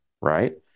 right